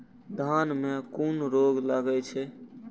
धान में कुन रोग लागे छै?